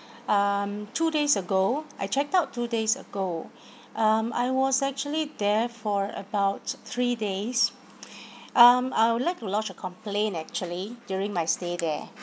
um two days ago I checked out two days ago um I was actually there for about three days um I would like to lodge a complain actually during my stay there